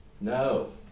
No